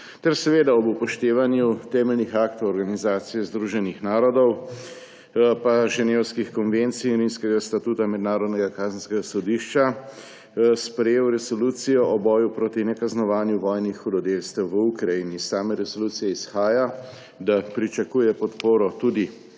ter seveda ob upoštevanju temeljnih aktov Organizacije združenih narodov in Ženevskih konvencij in Rimskega statuta Mednarodnega kazenskega sodišča sprejel Resolucijo o boju proti nekaznovanju vojnih hudodelstev v Ukrajini. Iz same resolucije izhaja, da pričakuje podporo tudi